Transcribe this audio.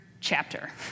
chapter